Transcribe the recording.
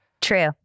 True